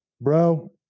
Bro